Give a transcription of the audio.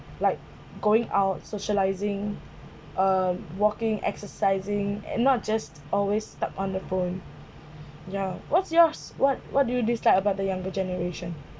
like going out socialising uh walking exercising and not just always stuck on the phone yeah what's yours what what do you dislike about the younger generation